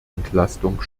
entlastung